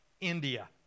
India